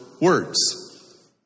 words